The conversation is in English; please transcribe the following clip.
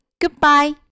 Goodbye